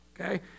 okay